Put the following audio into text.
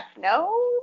no